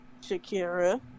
Shakira